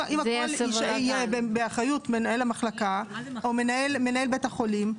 אם הכול יהיה באחריות מנהל המחלקה או מנהל בית החולים,